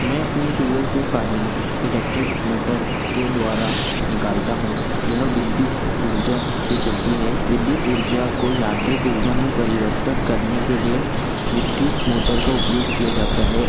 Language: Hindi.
मैं अपने कुएं से पानी इलेक्ट्रिक मोटर के द्वारा निकालता हूँ यह विद्युत ऊर्जा से चलती है विद्युत ऊर्जा को यांत्रिक ऊर्जा में परिवर्तन करने के लिए विद्युत मोटर का उपयोग किया जाता है